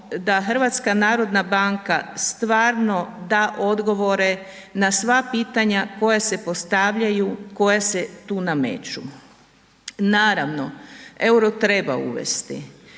tu očekujemo da HNB stvarno da odgovore na sva pitanja koja se postavljaju, koja se tu nameću. Naravno EUR-o treba uvesti,